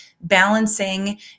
balancing